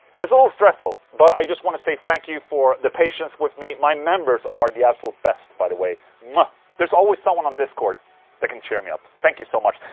it's a little stressful, but i just want to say thank you for the patience with me my members are the absolute best, by the way there's always someone on discord that can cheer me up. thank you so much.